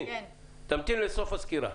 תמתין לסוף הסקירה.